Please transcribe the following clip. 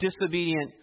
disobedient